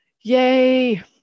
yay